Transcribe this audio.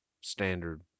standard